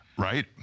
Right